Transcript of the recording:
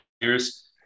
years